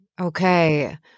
Okay